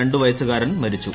രണ്ടുവയസ്സുകാരൻ ് മരിച്ചു